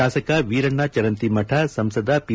ಶಾಸಕ ವೀರಣ್ಣ ಚರಂತಿಮಠ ಸಂಸದ ಪಿ